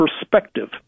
perspective